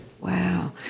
Wow